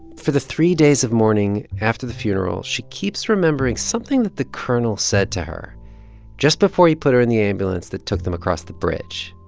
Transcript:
for the three days of mourning after the funeral, she keeps remembering something that the colonel said to her just before he put her in the ambulance that took them across the bridge